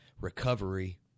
recovery